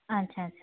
ᱟᱪᱪᱷᱟ ᱟᱪᱪᱷᱟ